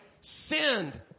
sinned